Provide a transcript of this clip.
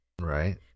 Right